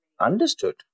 Understood